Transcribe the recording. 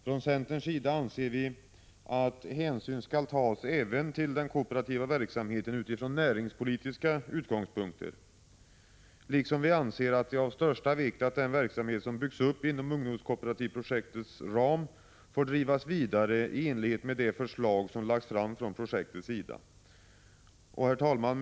Från centerns sida anser vi att hänsyn även skall tas till den kooperativa verksamheten utifrån näringspolitiska utgångspunkter, liksom att det är av största vikt att den verksamhet som byggts upp inom ungdomskooperativprojektets ram kan drivas vidare i enlighet med det förslag som lagts fram från projektets sida. Herr talman!